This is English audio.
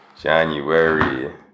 January